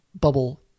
bubble